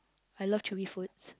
I love chewy foods